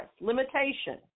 limitation